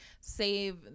save